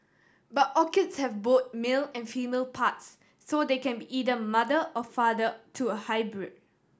but orchids have both male and female parts so they can be either mother or father to a hybrid